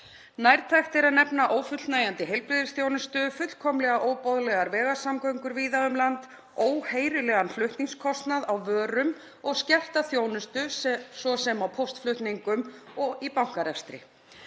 Nærtækt er að nefna ófullnægjandi heilbrigðisþjónustu, fullkomlega óboðlegar vegasamgöngur víða um land, óheyrilegan flutningskostnað á vörum og skerta þjónustu, svo sem á póstflutningum og í bankarekstri.